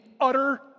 utter